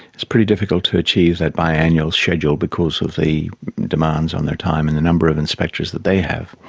it's pretty difficult to achieve that biannual schedule because of the demands on their time in the number of inspectors that they have,